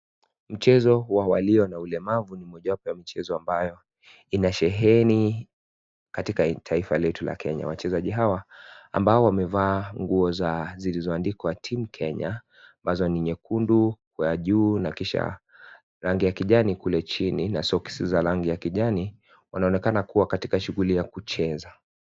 Mchezo wa walio na ulemavu ni moja wapo ya mchezo ambayo ina sheheni katika taifa letu la Kenya. Wachezaji hawa ambao wamevaa nguo zilizoandikwa team Kenya, mwanzo ni nyekundu ya juu na kisha rangi ya kijani kule chini na socks za rangi ya kijani wanaonekana kuwa katika shughuli ya kucheza.